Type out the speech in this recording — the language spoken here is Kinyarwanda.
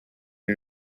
iri